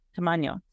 Tamaño